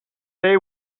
they